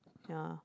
ya